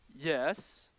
Yes